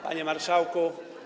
Panie Marszałku!